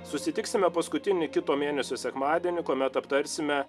susitiksime paskutinį kito mėnesio sekmadienį kuomet aptarsime